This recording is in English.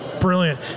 Brilliant